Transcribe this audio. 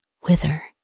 whither